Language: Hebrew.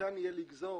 ניתן יהיה לגזור